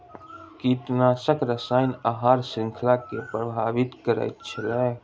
कीटनाशक रसायन आहार श्रृंखला के प्रभावित करैत अछि